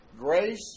Grace